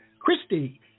Christy